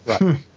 Right